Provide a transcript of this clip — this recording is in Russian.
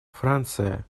франция